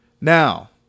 Now